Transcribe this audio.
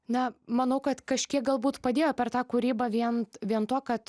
na manau kad kažkiek galbūt padėjo per tą kūrybą vien vien tuo kad